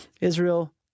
Israel